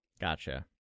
Gotcha